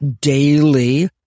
daily